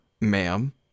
ma'am